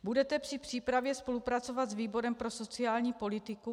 Budete při přípravě spolupracovat s výborem pro sociální politiku?